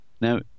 Now